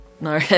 No